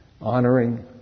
honoring